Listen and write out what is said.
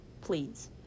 please